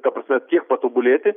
ta prasme tiek patobulėti